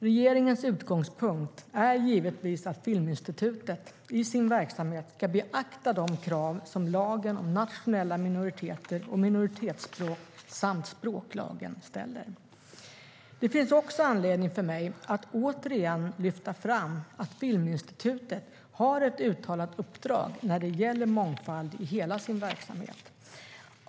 Regeringens utgångspunkt är givetvis att Filminstitutet i sin verksamhet ska beakta de krav som lagen om nationella minoriteter och minoritetsspråk samt språklagen ställer. Det finns också anledning för mig att återigen lyfta fram att Filminstitutet har ett uttalat uppdrag när det gäller mångfald i hela sin verksamhet.